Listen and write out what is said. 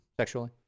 Sexually